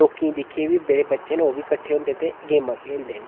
होर बी बड़े बच्चे होंदे ते ओह् कट्ठे खेल्लदे